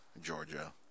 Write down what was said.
Georgia